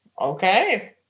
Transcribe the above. okay